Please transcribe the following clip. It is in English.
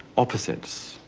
opposites.